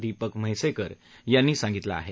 दीपक म्हैसकर यांनी सांगितलं आहे